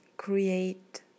Create